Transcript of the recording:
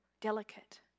delicate